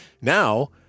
Now